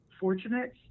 fortunate